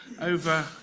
over